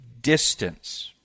distance